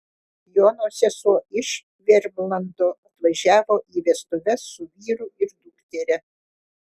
jono sesuo iš vermlando atvažiavo į vestuves su vyru ir dukteria